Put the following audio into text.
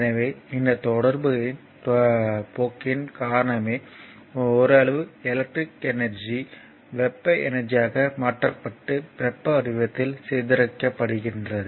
எனவே இந்த தொடர்புகளின் போக்கின் காரணமாக ஓரளவு எலக்ட்ரிக் எனர்ஜி வெப்ப எனர்ஜியாக மாற்றப்பட்டு வெப்ப வடிவத்தில் சிதறடிக்கப்படுகிறது